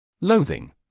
loathing